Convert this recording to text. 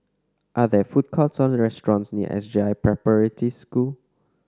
are there food courts or restaurants near S J I Preparatory School